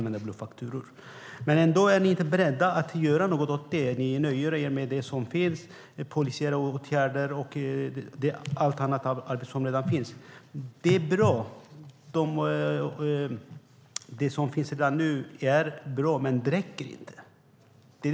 Ni är ändå inte beredda att göra något åt frågan. Ni nöjer er med det som finns, polisiära åtgärder och annat arbete som görs. Det är bra. Det som görs nu är bra men räcker inte.